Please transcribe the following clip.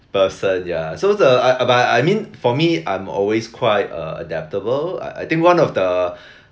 person ya so the I b~ but I mean for me I'm always quite uh adaptable I I think one of the